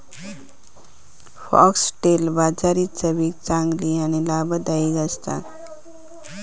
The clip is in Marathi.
फॉक्स्टेल बाजरी चवीक चांगली आणि लाभदायी असता